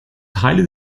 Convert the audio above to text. teile